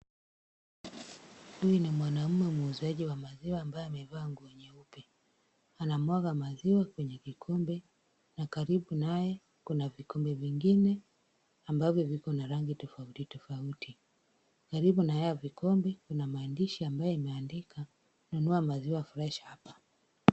Huyu ni mwanaume muuzaji wa maziwa ambaye amevaa nguo nyeupe, anamwaga maziwa kwenye kikombe na karibu naye kuna vikombe vingine ambavyo viko na rangi tofautitofati karibu na hivyo vikombe kuna maandishi ambayo yameandikwa, nunua maziwa freshi hapa.